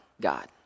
God